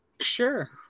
Sure